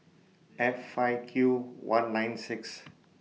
F five Q one nine six